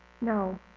No